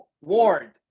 warned